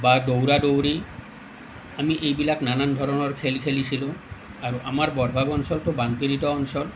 বা দৌৰা দৌৰি আমি এইবিলাক নানান ধৰণৰ খেল খেলিছিলোঁ আৰু আমাৰ বৰভাগ অঞ্চলটো বানপীড়িত অঞ্চল